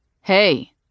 Hey